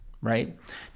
right